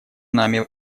нами